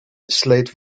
slate